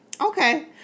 Okay